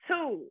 Two